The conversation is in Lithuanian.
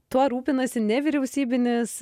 tuo rūpinasi nevyriausybinis